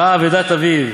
ראה אבדת אביו